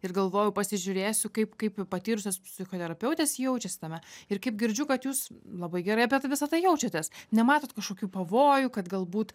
ir galvojau pasižiūrėsiu kaip kaip į patyrusios psichoterapeutės jaučiasi tame ir kaip girdžiu kad jūs labai gerai apie tai visą tai jaučiatės nematot kažkokių pavojų kad galbūt